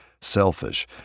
selfish